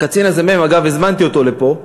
הקצין הזה, מ', אגב, הזמנתי אותו לפה.